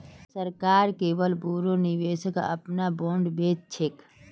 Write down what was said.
सरकार केवल बोरो निवेशक अपनार बॉन्ड बेच छेक